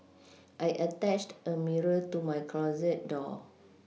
I attached a mirror to my closet door